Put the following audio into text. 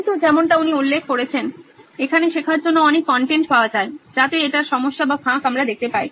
কিন্তু যেমনটা উনি উল্লেখ করেছেন এখানে শেখার জন্য অনেক কনটেন্ট পাওয়া যায় যাতে এটার সমস্যা বা ফাঁক আমরা দেখতে পাই